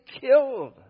killed